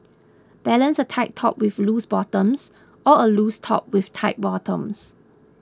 balance a tight top with loose bottoms or a loose top with tight bottoms